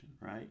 right